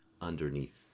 underneath